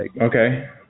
Okay